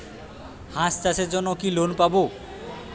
হাঁস চাষের জন্য কি লোন পাব?